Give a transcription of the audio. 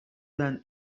than